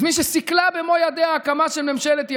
אז מי שסיכלה במו ידיה הקמה של ממשלת ימין,